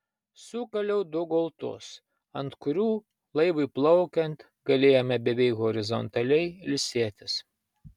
sukaliau du gultus ant kurių laivui plaukiant galėjome beveik horizontaliai ilsėtis